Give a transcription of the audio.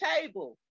table